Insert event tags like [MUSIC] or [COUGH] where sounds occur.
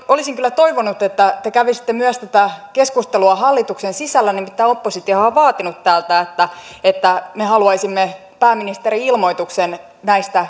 olisin kyllä toivonut että te kävisitte tätä keskustelua myös hallituksen sisällä nimittäin oppositiohan on on vaatinut täältä että että me haluaisimme pääministerin ilmoituksen näistä [UNINTELLIGIBLE]